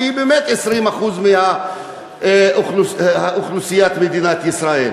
שהיא באמת 20% מאוכלוסיית מדינת ישראל.